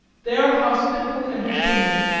their hospitable entertainment,